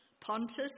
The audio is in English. Pontus